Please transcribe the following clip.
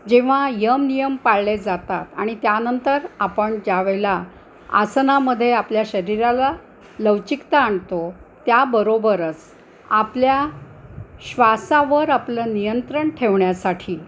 जेव्हा यमनियम पाळले जातात आणि त्यानंतर आपण ज्यावेळेला आसनामध्ये आपल्या शरीराला लवचिकता आणतो त्याबरोबरच आपल्या श्वासावर आपलं नियंत्रण ठेवण्यासाठी